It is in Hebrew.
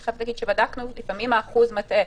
אני חייבת להגיד שבדקנו ולפעמים האחוז מטעה.